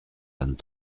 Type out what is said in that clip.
vingt